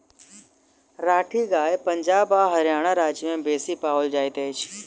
राठी गाय पंजाब आ हरयाणा राज्य में बेसी पाओल जाइत अछि